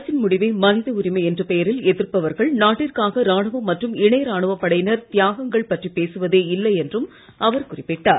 அரசின் முடிவை மனித உரிமை என்ற பெயரில் எதிர்பவர்கள் நாட்டிற்காக ராணுவம் மற்றும் இணை ராணுவப் படையினர் தியாகங்கள் பற்றிப் பேசுவதே இல்லை என்றும் அவர் குறிப்பிட்டார்